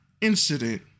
incident